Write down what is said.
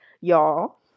y'all